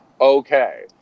Okay